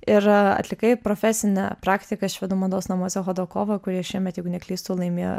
ir atlikai profesinę praktiką švedų mados namuose hodakova kurie šiemet jeigu neklystu laimėjo